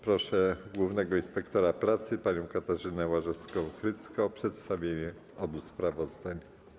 Proszę głównego inspektora pracy panią Katarzynę Łażewską-Hrycko o przedstawienie obu sprawozdań.